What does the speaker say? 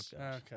okay